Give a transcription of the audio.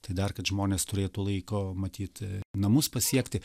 tai dar kad žmonės turėtų laiko matyt namus pasiekti